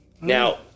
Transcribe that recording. Now